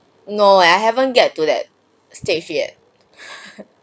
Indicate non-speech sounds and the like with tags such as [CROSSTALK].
no I haven't get to that stage yet [LAUGHS]